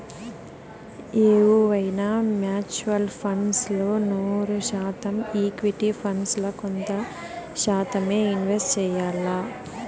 ఎవువైనా mutual funds ల నూరు శాతం ఈక్విటీ ఫండ్స్ ల కొంత శాతమ్మే ఇన్వెస్ట్ చెయ్యాల్ల